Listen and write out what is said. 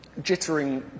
jittering